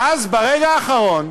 ואז, ברגע האחרון,